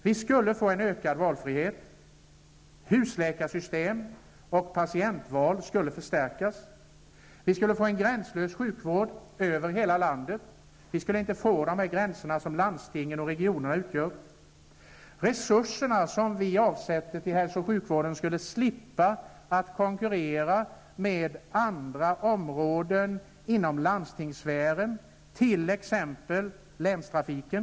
Vi skulle få en ökad valfrihet. Husläkarsystemet och patientens val skulle stärkas. Vi skulle få en gränslös sjukvård över hela landet. Vi skulle slippa de gränser som landsting och regioner utgör. De resurser som vi avsätter till hälso och sjukvården skulle slippa att konkurrera med andra områden inom landstingssfären, t.ex. länstrafiken.